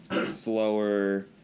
slower